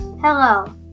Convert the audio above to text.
Hello